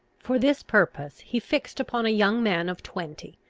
for this purpose he fixed upon a young man of twenty,